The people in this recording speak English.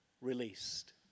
released